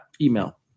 email